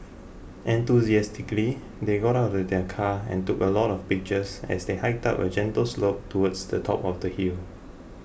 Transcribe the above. enthusiastically they got out of the car and took a lot of pictures as they hiked up a gentle slope towards the top of the hill